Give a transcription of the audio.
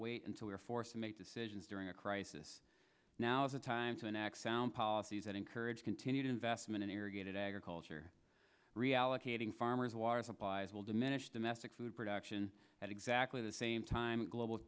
wait until we are forced to make decisions during a crisis now's the time to enact policies that encourage continued investment in irrigated agriculture reallocating farmers water supplies will diminish domestic food production at exactly the same time global